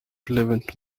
relevant